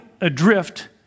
adrift